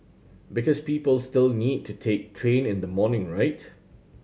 because people still need to take train in the morning right